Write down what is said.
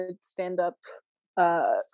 stand-up